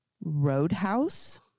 Roadhouse